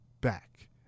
back